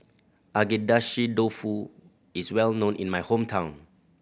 Agedashi Dofu is well known in my hometown